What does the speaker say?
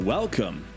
Welcome